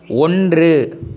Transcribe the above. ஒன்று